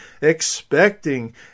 expecting